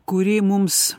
kuri mums